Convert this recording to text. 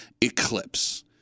eclipse